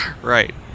right